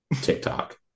TikTok